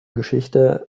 geschichte